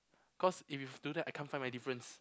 cause if you do that I can't find my difference